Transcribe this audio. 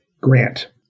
Grant